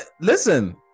listen